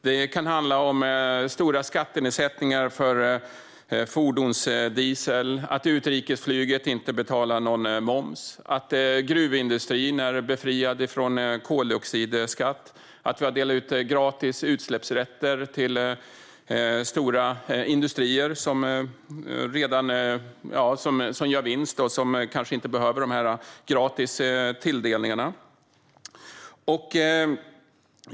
Det kan handla om stora skattenedsättningar för fordonsdiesel, att utrikesflyget inte betalar någon moms, att gruvindustrin är befriad från koldioxidskatt och att vi har delat ut gratis utsläppsrätter till stora industrier som redan gör vinst och som kanske inte behöver dessa gratis tilldelningar.